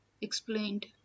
explained